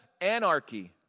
anarchy